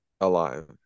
alive